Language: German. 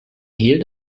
hehl